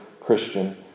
Christian